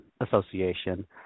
association